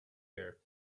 here